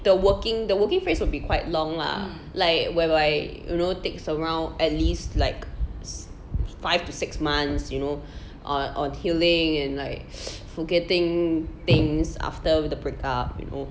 the working the working phase would be quite long lah like whereby you know takes around at least like five to six months you know on on healing and like forgetting things after the break up you know